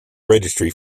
registry